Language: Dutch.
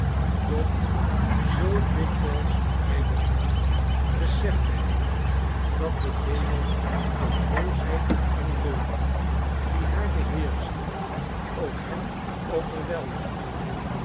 doch zoo dikwijls hij begon besefte hij dat de demon van boosheid en leugen die haar beheerschte ook hem overweldigde